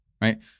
right